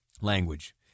language